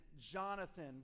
Jonathan